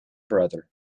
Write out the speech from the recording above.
brother